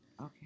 Okay